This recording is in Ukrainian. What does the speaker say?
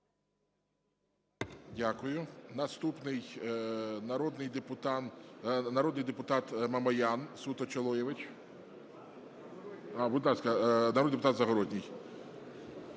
Дякую. Наступний народний депутат Мамоян Суто Чолоєвич. А, будь ласка, народний депутат Загородній.